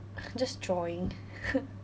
just drawing